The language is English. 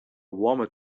warmer